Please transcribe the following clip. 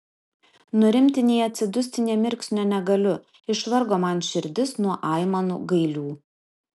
nurimti nei atsidusti nė mirksnio negaliu išvargo man širdis nuo aimanų gailių